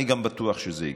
אני גם בטוח שזה יקרה,